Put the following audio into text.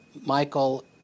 Michael